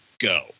go